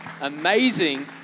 Amazing